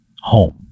home